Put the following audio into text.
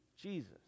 Jesus